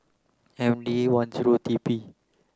M D one zero T P